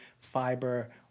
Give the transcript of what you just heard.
fiber